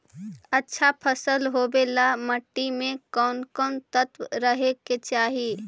अच्छा फसल होबे ल मट्टी में कोन कोन तत्त्व रहे के चाही?